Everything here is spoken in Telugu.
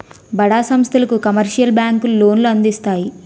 బడా సంస్థలకు కమర్షియల్ బ్యాంకులు లోన్లు అందిస్తాయి